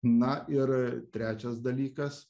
na ir trečias dalykas